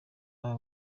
aza